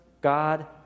God